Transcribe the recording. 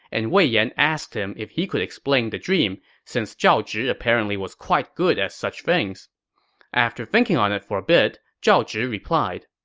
and wei yan asked him if he could explain the dream, since zhao zhi apparently was quite good at such things after thinking on it for a bit, zhao zhi replied,